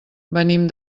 venim